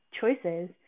choices